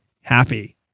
happy